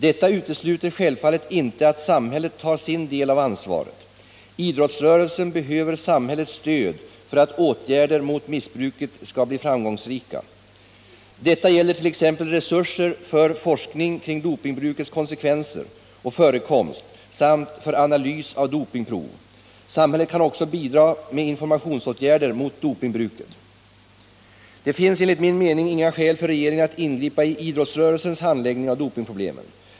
Detta utesluter självfallet inte att samhället tar sin del av ansvaret. Idrottsrörelsen behöver samhällets stöd för att åtgärder mot missbruket skall bli framgångsrika. Detta gäller t.ex. resurser för forskning kring dopingbrukets konsekvenser och förekomst samt för analys av dopingprov. Samhället kan också bidra med informationsåtgärder mot dopingbruket. Det finns enligt min mening inga skäl för regeringen att ingripa i idrottsrörelsens handläggning av dopingproblemen.